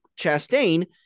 chastain